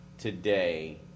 today